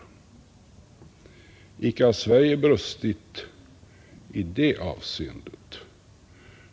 Icke har Sverige brustit i det avseendet.